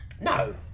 No